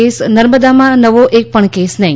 case નર્મદામાં નવો એક પણ કેસ નથી